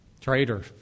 Traitor